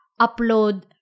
upload